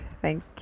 thank